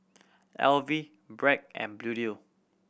Alive Bragg and Bluedio